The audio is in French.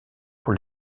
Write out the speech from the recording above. pour